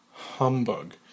Humbug